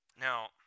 Now